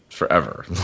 forever